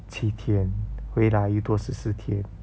七天回来又多十四天